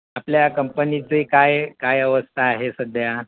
आपल्या कंपनीची काय काय अवस्था आहे सध्या